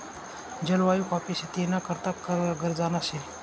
जलवायु काॅफी शेती ना करता गरजना शे